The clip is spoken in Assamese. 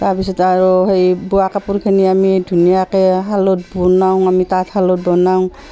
তাৰপিছত আৰু সেই বোৱা কাপোৰখিনি আমি ধুনীয়াকৈ শালত বনাওঁ আমি তাঁতশালত বনাওঁ